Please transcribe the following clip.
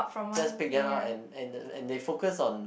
just pick them out and and they focus on